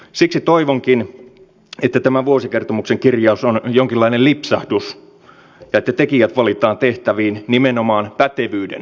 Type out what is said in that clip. siksi toivonkin että tämä vuosikertomuksen kirjaus on jonkinlainen lipsahdus ja että tekijät valitaan tehtäviin nimenomaan pätevyyden perusteella